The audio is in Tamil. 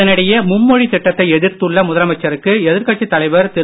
இதனிடையே மும்மொழித் திட்டத்தை எதிர்த்துள்ள முதலமைச்சருக்கு எதிர்க்கட்சித் தலைவர் திரு